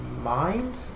mind